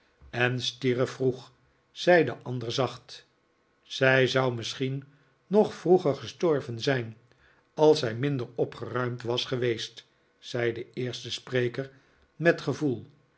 en stierf vroeg zei de ander zacht zij zou misschien nog vroeger gestorven zijn als zij minder opgeruimd was geweest zei de eerste spreker met gevoel